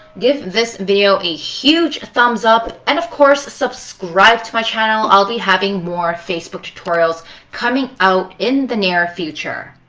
give this video a huge thumbs up. and of course, subscribe to my channel. i'll be having more facebook tutorials coming out in the near future.